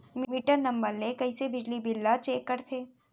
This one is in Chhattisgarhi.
मीटर नंबर ले कइसे बिजली बिल ल चेक करथे?